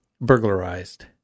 burglarized